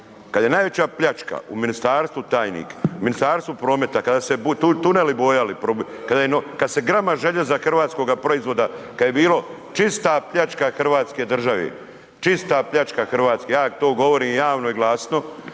kada je najveća pljačka u ministarstvu, tajnik u Ministarstvu prometa kada su se tuneli bojali, kada se grama željeza hrvatskoga proizvoda, kad je bilo čista pljačka Hrvatske države, čista pljačka Hrvatske ja ti to govorim javno i glasno.